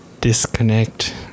disconnect